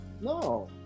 No